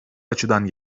açıdan